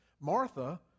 Martha